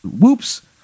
whoops